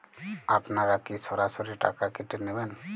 আপনারা কি সরাসরি টাকা কেটে নেবেন?